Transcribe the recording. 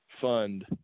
fund